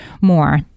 more